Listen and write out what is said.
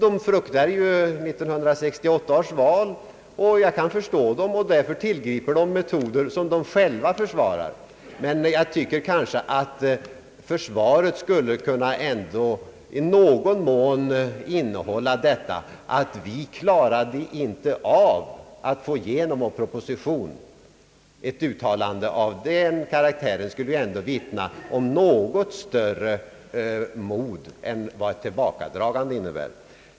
De fruktar 1968 års val, och jag kan förstå dem. Därför tillgriper de sådana metoder och försvarar dem. Men jag tycker att försvaret ändå i någon mån skulle kunna innehålla ett erkännande: Vi klarade inte av att få igenom vår proposition. Ett uttalande av den karaktären skulle vittna om något större mod än vad ett tillbakadragande innebär.